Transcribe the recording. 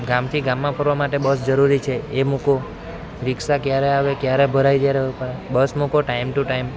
ગામથી ગામમાં ફરવા માટે બસ જરૂરી છે એ મૂકો રિક્ષા ક્યારે આવે ક્યારે ભરાય બસ મૂકો ટાઈમ ટુ ટાઈમ